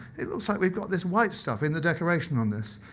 it looks like we've got this white stuff in the decoration on this.